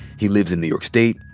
he lives in new york state.